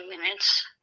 minutes